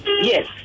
Yes